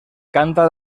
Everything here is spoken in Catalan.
canta